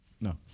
No